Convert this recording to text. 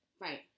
Right